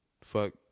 fuck